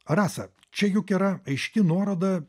rasa čia juk yra aiški nuoroda